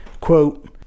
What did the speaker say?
Quote